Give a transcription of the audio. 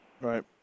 Right